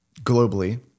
globally